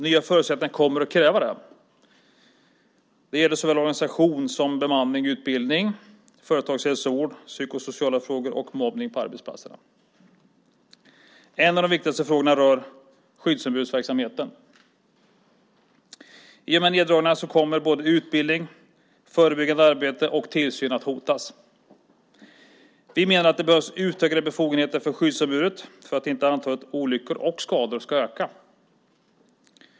Nya förutsättningar kommer att kräva det. Det gäller såväl organisation som bemanning, utbildning, företagshälsovård, psykosociala frågor och mobbning på arbetsplatserna. En av de viktigaste frågorna rör skyddsombudsverksamheten. I och med neddragningarna kommer både utbildning, förebyggande arbete och tillsyn att hotas. Vi menar att det behövs utökade befogenheter för skyddsombuden för att antalet olyckor och skador inte ska öka.